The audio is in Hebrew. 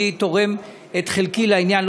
אני תורם את חלקי לעניין.